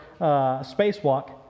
spacewalk